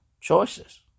choices